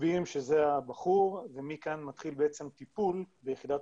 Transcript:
מצביעים שזה הבחור ומכאן מתחיל בעצם טיפול ביחידת